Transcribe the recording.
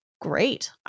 great